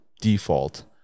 default